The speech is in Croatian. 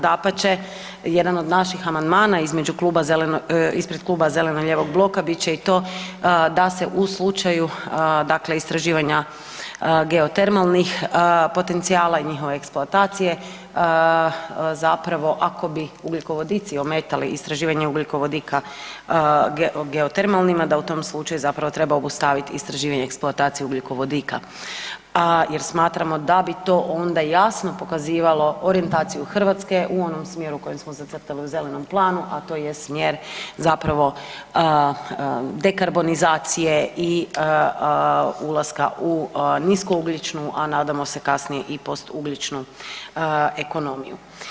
Dapače, jedan od naših amandmana ispred kluba zeleno-lijevog bloka bit će i to da se u slučaju dakle istraživanja geotermalnih potencijala i njihove eksploatacije, zapravo ako bi ugljikovodici ometali istraživanje ugljikovodika geotermalnima, da u tom slučaju zapravo treba obustaviti istraživanje i eksploataciju ugljikovodika jer smatramo da bi to onda jasno pokazivalo orijentaciju Hrvatske u onom smjeru kojim smo zacrtali u zelenom planu a to smjer zapravo dekarbonizacije i ulaska u nisku ugljičnu a nadamo se kasnije i post ugljičnu ekonomiju.